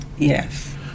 Yes